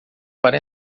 para